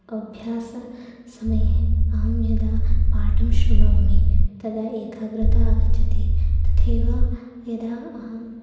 अभ्याससमये अहं यदा पाठं शृणोमि तदा एकाग्रता आगच्छति तथैव यदा अहं